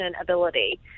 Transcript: ability